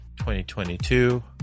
2022